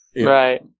Right